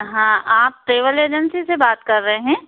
हाँ आप travel agency से बात कर रहे हैं